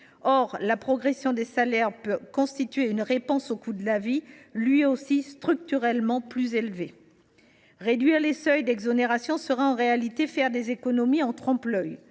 Or la progression des salaires peut constituer une réponse au problème du coût de la vie, lui aussi structurellement plus élevé. Abaisser les seuils d’exonération reviendrait en réalité à faire des économies en trompe l’œil.